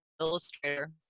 illustrator